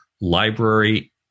library